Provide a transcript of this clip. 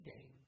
game